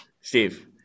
Steve